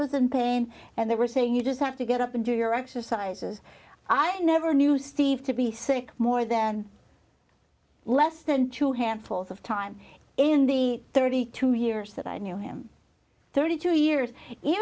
was in pain and they were saying you just have to get up and do your exercises i never knew steve to be sick more than less than two handfuls of time in the thirty two years that i knew him thirty two years